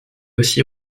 aussi